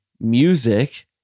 music